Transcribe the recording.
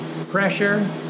pressure